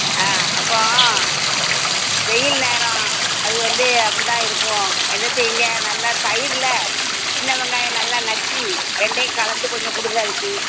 ஆ அப்போ வெயில் நேரம் அது வந்து அப்புடிதான் இருக்கும் என்ன செய்யுங்க நல்லா தயிர்ல சின்ன வெங்காயம் நல்லா நச்சி ரெண்டையும் கலந்து கொஞ்சம் கொடுங்க அதுக்கு